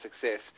success